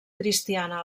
cristiana